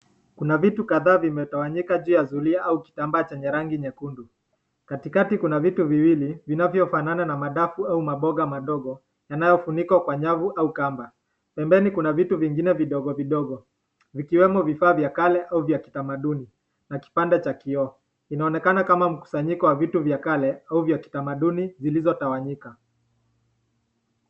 Kuna vitu kadhaa vimetawanyika kwenye zulia au kitambaa chenye rangi nyekundu. Katikati kuna vitu viwili vinavyofanana na madafu au maboga madogo yanayofunikwa kwa nyavu au kamba. Pembeni kuna vitu vingine vidogo vidogo vikiwemo vifaa vya kale au kwa kitamaduni na kipande cha kioo. Inaonekana kama mkusanyiko wa vitu vya kale au vya kiamaduni vilivyotawanyika.